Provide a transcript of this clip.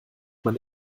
man